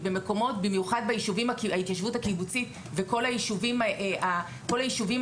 כי במיוחד ביישובים ההתיישבות הקיבוצית וכל היישובים הקטנים,